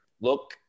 Look